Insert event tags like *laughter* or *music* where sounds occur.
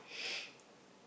*noise*